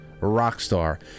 Rockstar